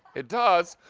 it does.